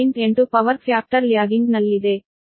8 power factor lagging ನಲ್ಲಿದೆ